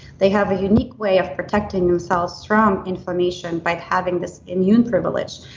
they have a unique way of protecting themselves from inflammation by having this immune privilege.